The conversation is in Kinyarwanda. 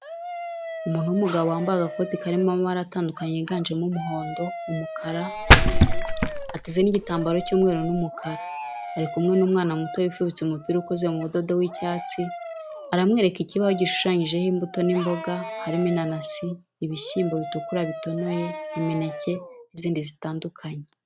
Umuntu w'umugabo wambaye agakoti karimo amabara atandukanye yiganjemo umuhondo, umukara, umweru, ateze n'igitambaro cy'umweru n'umukara, ari kumwe n'umwana muto wifubitse umupira ukoze mu budodo w'icyatsi aramwereka ikibaho gishushanyijeho imbuto n'imboga harimo inanasi, ibishyimbo bitukura bitonoye imineke n'izindi zitandukanye.